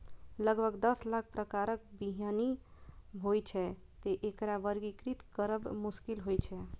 लगभग दस लाख प्रकारक बीहनि होइ छै, तें एकरा वर्गीकृत करब मोश्किल छै